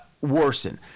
worsen